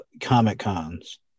Comic-Cons